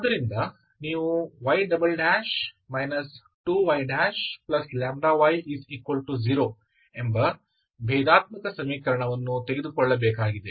ಆದ್ದರಿಂದ ನೀವು y 2y y0 ಎಂಬ ಭೇದಾತ್ಮಕ ಸಮೀಕರಣವನ್ನು ತೆಗೆದುಕೊಳ್ಳಬೇಕಾಗಿದೆ